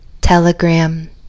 Telegram